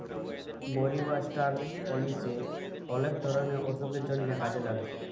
মরি বা ষ্টার অলিশে অলেক ধরলের অসুখের জন্হে কাজে লাগে